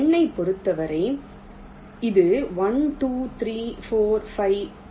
எண்ணைப் பொறுத்தவரை இது 1 2 3 4 5